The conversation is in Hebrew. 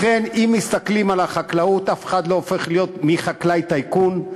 לכן, אם מסתכלים על החקלאות, אף חקלאי לא